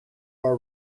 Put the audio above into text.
are